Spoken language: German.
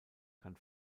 kann